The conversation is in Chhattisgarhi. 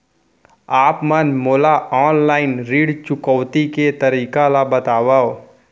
आप मन मोला ऑनलाइन ऋण चुकौती के तरीका ल बतावव?